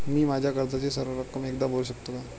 मी माझ्या कर्जाची सर्व रक्कम एकदा भरू शकतो का?